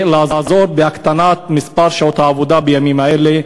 ולעזור בהקטנת מספר שעות העבודה בימים האלה,